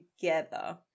together